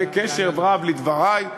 בקשב רב לדברי.